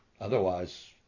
Otherwise